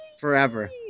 forever